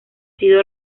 sido